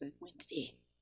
Wednesday